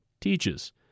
teaches